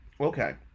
okay